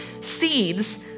seeds